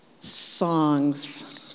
Songs